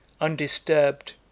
undisturbed